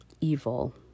evil